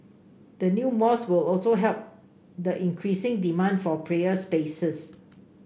the new mosque will also help the increasing demand for prayer spaces